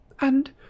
And